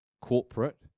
corporate